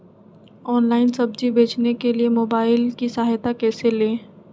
Online सब्जी बेचने के लिए मोबाईल की सहायता कैसे ले?